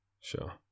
Sure